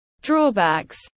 drawbacks